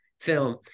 film